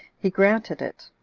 he granted it.